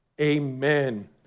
Amen